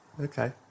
okay